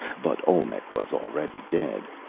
but olmec was already dead,